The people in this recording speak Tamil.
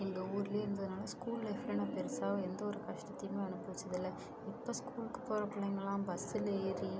எங்கள் ஊரிலே இருந்ததனால ஸ்கூல் லைஃப்ல நான் பெருசாக எந்த ஒரு கஷ்டத்தையுமே அனுபவிச்சது இல்லை இப்போ ஸ்கூல்க்கு போகிற பிள்ளைங்களா பஸ்ஸில் ஏறி